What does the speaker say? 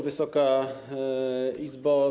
Wysoka Izbo!